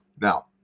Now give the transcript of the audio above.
Now